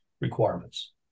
requirements